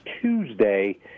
Tuesday